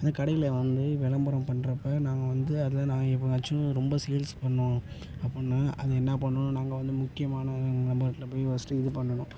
அந்த கடையில் வந்து விளம்பரம் பண்ணுறப்ப நாங்கள் வந்து அதை நான் எப்போயாச்சும் ரொம்ப சேல்ஸ் பண்ணணும் அப்புடின்னா அதை என்ன பண்ணணும் நாங்கள் வந்து முக்கியமான நபர்கிட்ட போய் ஃபஸ்ட்டு இது பண்ணணும்